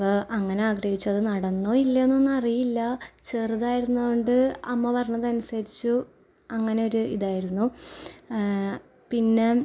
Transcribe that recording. അങ്ങനെ ആഗ്രഹിച്ചു അത് നടന്നോ ഇല്ലയോ എന്നൊന്നുമറിയില്ല ചെറുതായിരുന്നത് കൊണ്ട് അമ്മ പറഞ്ഞത് അനുസരിച്ച് അങ്ങനെ ഒരു ഇതായിരുന്നു പിന്നെ